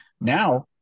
now